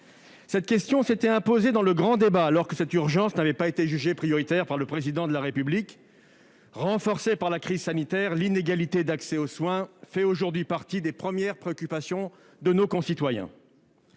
La question s'était imposée dans le grand débat alors que cette urgence n'avait pas été jugée prioritaire par le Président de la République. Renforcée par la crise sanitaire, l'inégalité d'accès aux soins fait aujourd'hui partie des premières préoccupations de nos concitoyens.